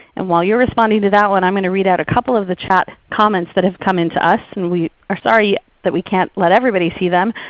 and while you're responding to that one i'm going to read out a couple of the chat comments that have come into us and we are sorry that we can't let everybody see them.